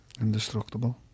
Indestructible